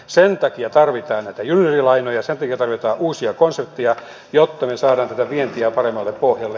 sen takia tarvitaan näitä juniorilainoja sen takia tarvitaan uusia konsepteja jotta me saamme tätä vientiä paremmalle pohjalle